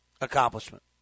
accomplishment